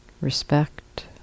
respect